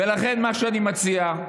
לכן, מה שאני מציע,